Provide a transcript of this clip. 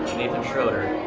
nathan scherotter.